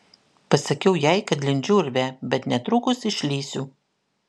pasakiau jai kad lindžiu urve bet netrukus išlįsiu